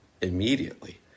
immediately